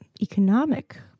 Economic